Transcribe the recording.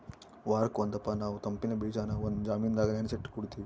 ವಾರುಕ್ ಒಂದಪ್ಪ ನಾವು ತಂಪಿನ್ ಬೀಜಾನ ಒಂದು ಜಾಮಿನಾಗ ನೆನಿಸಿಟ್ಟು ಕುಡೀತೀವಿ